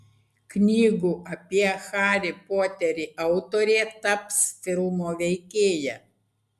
knygų apie harį poterį autorė taps filmo veikėja